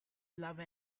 love